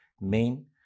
main